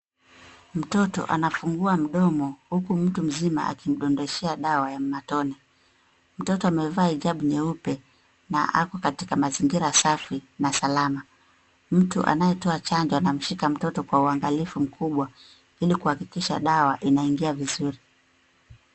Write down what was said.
Mtoto anafungua mdomo huku mtu mzima akimdondoshea dawa ya matone. Mtoto amevaa hijabu nyeupe na ako katika mazingira safi na salama. Mtu anayetoa chanjo anamshika mtoto kwa uangalifu mkubwa ili kuhakikisha dawa inaingia vizuri.